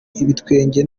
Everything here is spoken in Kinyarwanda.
ibitwenge